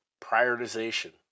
prioritization